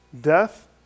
death